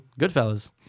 Goodfellas